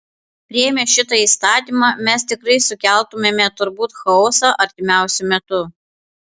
priėmę šitą įstatymą mes tikrai sukeltumėme turbūt chaosą artimiausiu metu